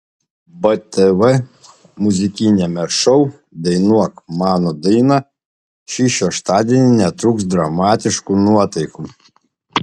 btv muzikiniame šou dainuok mano dainą šį šeštadienį netrūks dramatiškų nuotaikų